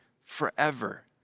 forever